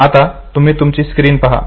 आता तुम्हीतुमची स्क्रीन पाहा